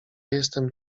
jestem